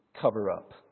cover-up